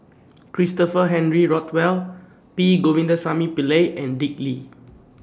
Christopher Henry Rothwell P Govindasamy Pillai and Dick Lee